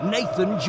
Nathan